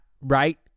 right